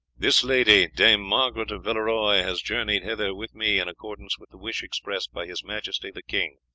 this lady, dame margaret of villeroy, has journeyed hither with me in accordance with the wish expressed by his majesty the king.